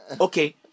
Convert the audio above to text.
Okay